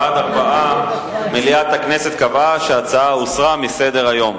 בעד, 4. מליאת הכנסת קבעה שההצעה הוסרה מסדר-היום.